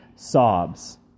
sobs